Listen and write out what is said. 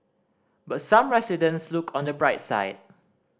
but some residents look on the bright side